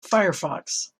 firefox